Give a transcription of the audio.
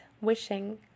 wishing